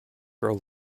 grow